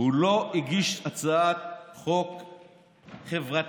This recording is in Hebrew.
הוא לא הגיש הצעת חוק חברתית,